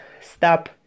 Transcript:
stop